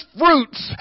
fruits